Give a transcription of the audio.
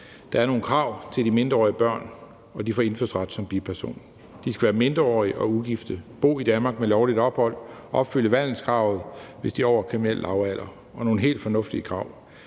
Der er nogle krav til de mindreårige børn, når de får indfødsret som biperson. De skal være mindreårige, ugifte og bo i Danmark med lovligt ophold, og de skal opfylde vandelskravet, hvis de er over den kriminelle lavalder – nogle helt fornuftige krav.